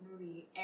movie